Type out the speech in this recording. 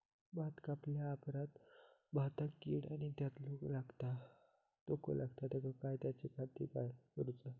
भात कापल्या ऑप्रात भाताक कीड किंवा तोको लगता काम नाय त्याच्या खाती काय करुचा?